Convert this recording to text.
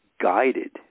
guided